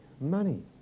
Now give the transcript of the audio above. Money